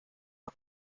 los